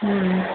ہوں